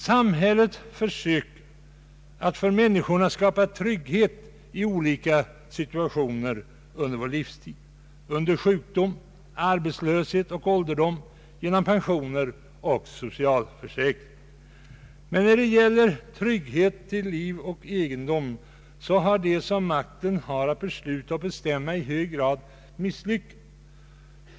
Samhället försöker att skapa trygghet för människorna i olika situationer under vår livstid, under sjukdom, arbetslöshet och ålderdom genom pensioner och socialförsäkring. Men när det gäller tryggheten till liv och egendom har de som makten har att besluta och bestämma i hög grad misslyckats.